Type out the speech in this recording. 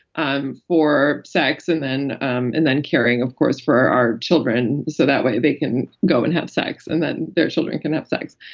um for sex and then um and then caring of course for our children, so that way they can go and have sex and their children can have sex.